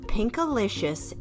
Pinkalicious